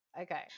Okay